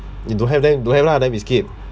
you don't have then you don't have lah then we skip